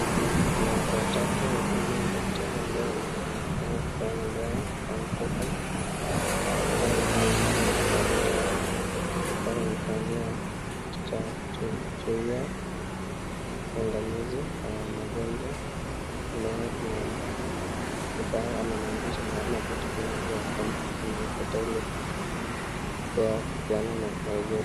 Kuna watu watatu, kuna daktari ambaye anafanya kupeana dawa ya mtoto. Pia wote wamevalia parakoa. Daktari anavalia kiti cha suit ya white . Anangamizi kwa mgonjwa. Anayekuja kupawa ama mandishi ama vitu kwenye plate kwenye plate ya kutoa. Kutoa anamuuliza.